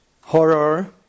Horror